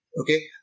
Okay